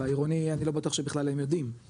בעירוני אני לא בטוח שבכלל הם יודעים,